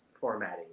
formatting